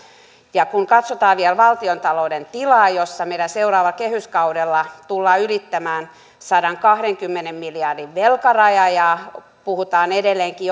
kun katsotaan vielä valtiontalouden tilaa jossa seuraavalla kehyskaudella tullaan ylittämään sadankahdenkymmenen miljardin velkaraja ja kun puhutaan edelleenkin